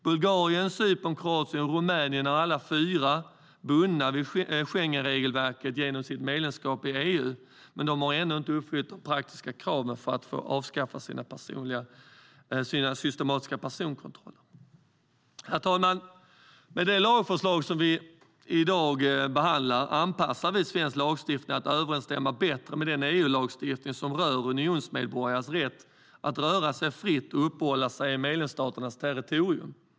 Bulgarien, Cypern, Kroatien och Rumänien är alla fyra bundna vid Schengenregelverket genom sitt medlemskap i EU, men de har ännu inte uppfyllt de praktiska kraven för att få avskaffa sina systematiska personkontroller. Herr talman! Med det lagförslag som vi i dag behandlar anpassar vi svensk lagstiftning så att den bättre överensstämmer med den EU-lagstiftning som rör unionsmedborgares rätt att röra sig fritt och uppehålla sig på medlemsstaternas territorium.